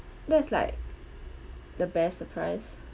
that's like the best surprise